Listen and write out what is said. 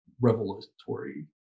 revelatory